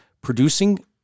producing